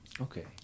Okay